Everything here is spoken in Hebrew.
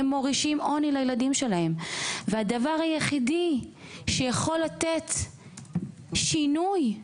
הדבר היחידי שיכול לתת שינוי,